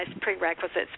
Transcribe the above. prerequisites